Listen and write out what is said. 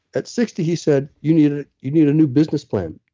at sixty, he said, you need ah you need a new business plan.